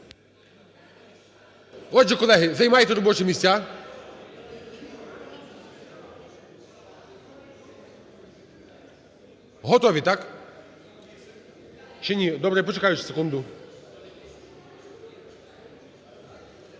Отже, колеги, займайте робочі місця. Готові, так? Чи ні, добре, я почекаю ще секунду.